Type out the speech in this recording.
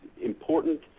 important